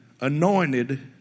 anointed